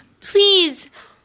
Please